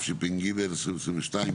התשפ"ג-2023,